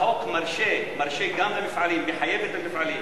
החוק מרשה גם למפעלים ומחייב את המפעלים